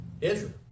Israel